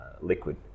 liquid